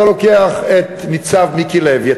אתה לוקח את ניצב מיקי לוי,